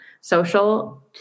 social